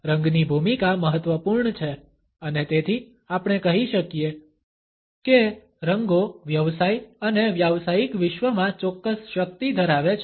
રંગની ભૂમિકા મહત્વપૂર્ણ છે અને તેથી આપણે કહી શકીએ કે રંગો વ્યવસાય અને વ્યાવસાયિક વિશ્વમાં ચોક્કસ શક્તિ ધરાવે છે